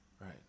Right